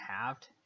halved